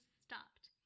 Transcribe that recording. stopped